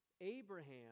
Abraham